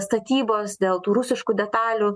statybos dėl tų rusiškų detalių